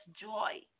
joy